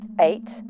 eight